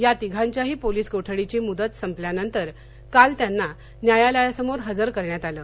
या तिघांच्याही पोलीस कोठडीची मुदत संपल्यानंतर काल त्यांना न्यायालया समोर हजर करण्यात आलं